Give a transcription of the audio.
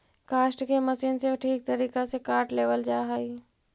काष्ठ के मशीन से ठीक तरीका से काट लेवल जा हई